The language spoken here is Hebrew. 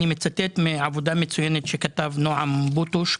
אני מצטט מעבודה מצוינת שכתב נעם בוטוש,